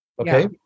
Okay